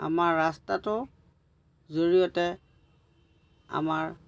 আমাৰ ৰাস্তাটোৰ জৰিয়তে আমাৰ